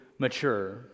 mature